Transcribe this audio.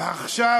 ועכשיו,